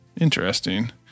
Interesting